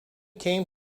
came